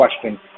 question